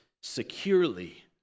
securely